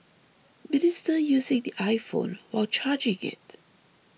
minister using the iPhone while charging it